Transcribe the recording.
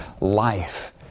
life